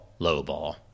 lowball